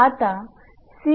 आता 𝑐487